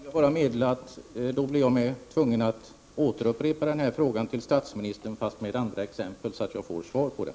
Fru talman! I så fall vill jag bara meddela att jag blir tvungen att återupprepa frågan till statsministern, fast med andra exempel, så att jag får svar på den.